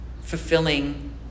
fulfilling